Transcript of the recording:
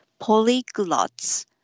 Polyglots